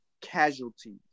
casualties